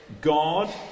God